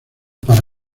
para